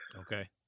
Okay